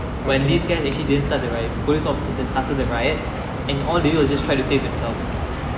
when these guys actually didn't start the riots police officers that started the riot and all they do was try to save themselves